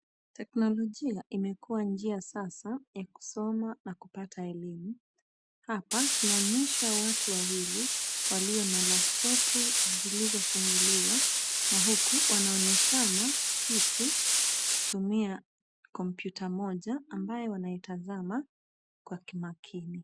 Teknolojia imekuwa njia sasa ya kusoma na kupata elimu. Hapa tunaonyeshwa watu wawili walio na laptopu zilizofunguliwa na huku wanaonyeshana kitu kutumia kompyuta moja ambayo wanaitazama kwa kimakini.